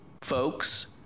folks